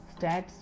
stats